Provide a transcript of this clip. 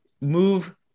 move